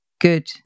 good